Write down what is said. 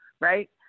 right